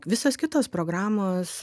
visos kitos programos